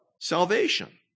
salvation